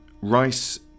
Rice